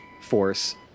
force